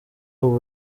ubu